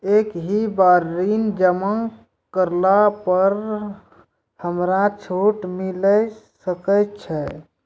एक ही बार ऋण जमा करला पर हमरा छूट मिले सकय छै?